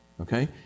okay